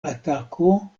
atako